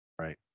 Right